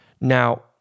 Now